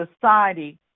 society